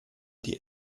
die